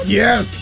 yes